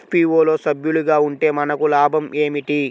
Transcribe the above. FPO లో సభ్యులుగా ఉంటే మనకు లాభం ఏమిటి?